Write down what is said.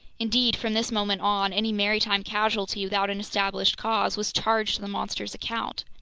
indeed, from this moment on, any maritime casualty without an established cause was charged to the monster's account.